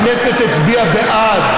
הכנסת הצביעה בעד,